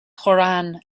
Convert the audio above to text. koran